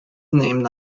named